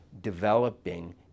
developing